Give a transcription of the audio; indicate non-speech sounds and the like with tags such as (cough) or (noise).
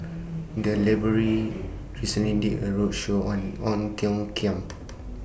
(noise) The Library recently did A roadshow on Ong Tiong Khiam (noise)